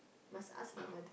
must ask my mother